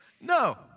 No